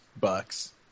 bucks